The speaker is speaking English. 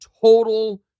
total